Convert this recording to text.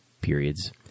periods